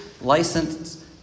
licensed